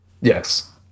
yes